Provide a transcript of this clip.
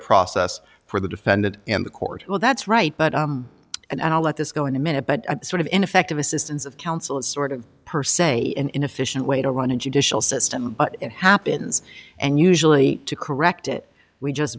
process for the defendant and the court well that's right but and i'll let this go in a minute but sort of ineffective assistance of counsel is sort of her say an inefficient way to run a judicial system but it happens and usually to correct it we just